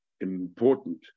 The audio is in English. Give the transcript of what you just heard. important